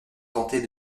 tenter